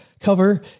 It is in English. cover